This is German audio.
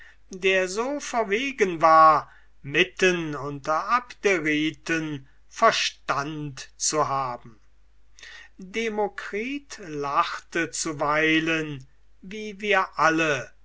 der so verwegen war mitten unter abderiten verstand zu haben demokritus lachte zuweilen wie wir alle